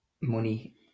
money